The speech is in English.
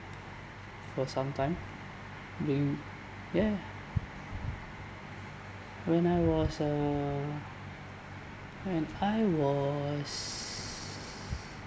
for some time during ya when I was uh when I was